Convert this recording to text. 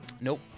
Nope